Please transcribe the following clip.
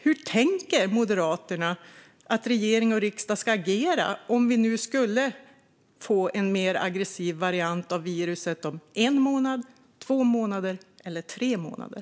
Hur tänker Moderaterna att regering och riksdag ska agera om vi nu skulle få en mer aggressiv variant av viruset om en månad, två månader eller tre månader?